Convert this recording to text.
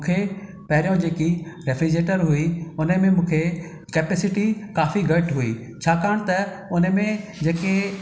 मूंखे पहिरियों जेकी रेफिजेटर हुई हुन में मूंखे कैपेसिटी काफ़ी घटि हुई छाकाणि त हुन में जेके